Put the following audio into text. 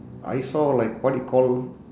I saw like what you call